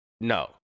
No